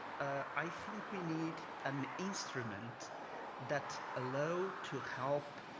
i think we need an instrument that allow to help